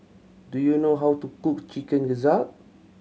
do you know how to cook Chicken Gizzard